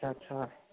ਅੱਛਾ ਅੱਛਾ